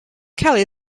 kelly